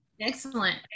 Excellent